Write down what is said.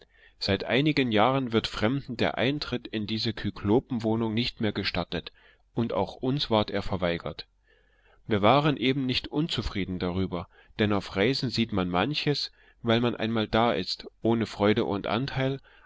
seit einigen jahren wird fremden der eintritt in diese kyklopenwohnung nicht mehr gestattet auch uns ward er verweigert wir waren eben nicht unzufrieden darüber denn auf reisen sieht man manches weil man einmal da ist ohne freude und anteil